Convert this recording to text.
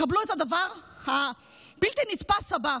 קבלו את הדבר הבלתי-נתפס הבא.